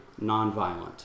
nonviolent